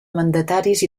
mandataris